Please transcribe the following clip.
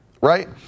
right